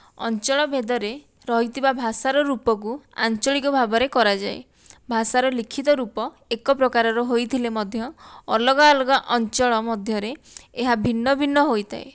ଅଞ୍ଚଳ ଭେଦରେ ରହିଥିବା ଭାଷାର ରୂପକୁ ଆଞ୍ଚଳିକ ଭାବରେ କରାଯାଏ ଭାଷାର ଲିଖିତ ରୂପ ଏକ ପ୍ରକାରର ହୋଇଥିଲେ ମଧ୍ୟ ଅଲଗା ଅଲଗା ଅଞ୍ଚଳ ମଧ୍ୟରେ ଏହା ଭିନ୍ନଭିନ୍ନ ହୋଇଥାଏ